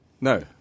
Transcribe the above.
No